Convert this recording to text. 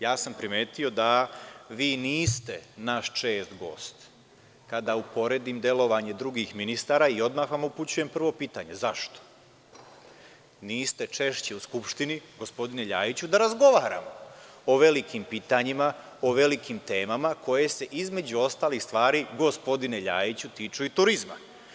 Ja sam primetio da vi niste naš čest gost, kada uporedim delovanje drugih ministara, i odmah vam upućujem prvo pitanje – zašto niste češće u Skupštine, gospdoine Ljajiću, da razgovaramo o velikim pitanjima, o velikim temama koje se, između ostalih stvari, gospodine Ljajiću, tiču i turizma?